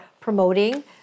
promoting